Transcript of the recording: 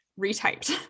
retyped